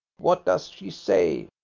what does she say?